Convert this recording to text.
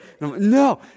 No